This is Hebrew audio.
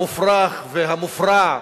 המופרך והמופרע,